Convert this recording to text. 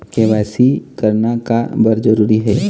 KYC करना का बर जरूरी हे?